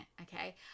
okay